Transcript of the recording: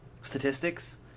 statistics